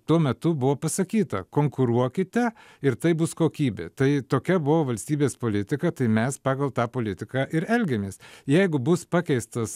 tuo metu buvo pasakyta konkuruokite ir tai bus kokybė tai tokia buvo valstybės politika tai mes pagal tą politiką ir elgėmės jeigu bus pakeistas